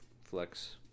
flex